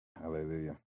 Hallelujah